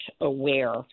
aware